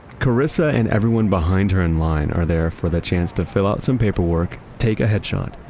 charissa and everyone behind her in line are there for the chance to fill out some paperwork, take a headshot,